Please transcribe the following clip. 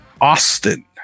Austin